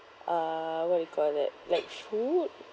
uh what you call it like food